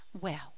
Well